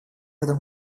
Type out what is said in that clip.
этом